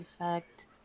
effect